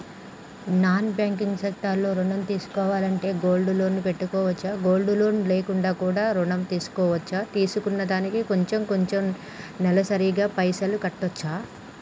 Non banking sector లో ఋణం తీసుకోవాలంటే గోల్డ్ లోన్ పెట్టుకోవచ్చా? గోల్డ్ లోన్ లేకుండా కూడా ఋణం తీసుకోవచ్చా? తీసుకున్న దానికి కొంచెం కొంచెం నెలసరి గా పైసలు కట్టొచ్చా?